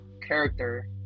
character